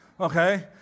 okay